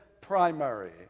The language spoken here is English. primary